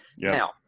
Now